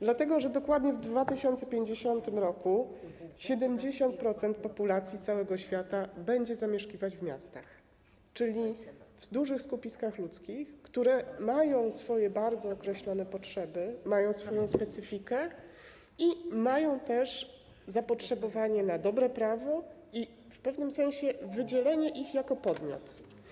Dlatego że dokładnie w 2050 r. 70% populacji całego świata będzie zamieszkiwać w miastach, czyli w dużych skupiskach ludzkich, które mają swoje bardzo określone potrzeby, mają swoją specyfikę i mają też zapotrzebowanie na dobre prawo oraz w pewnym sensie na wydzielenie ich jako podmiotu.